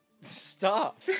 Stop